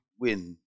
win